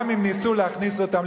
גם אם ניסו להכניס אותם,